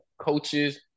coaches